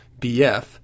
BF